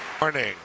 Morning